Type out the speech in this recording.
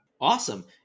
Awesome